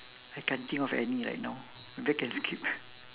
I can't think of any right now maybe I can skip